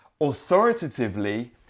authoritatively